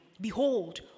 Behold